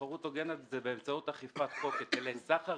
תחרות הוגנת היא באמצעות אכיפת חוק היטלי סחר,